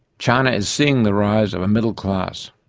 china is seeing the rise of a middle class.